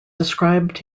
described